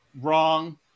wrong